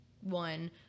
one